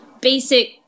basic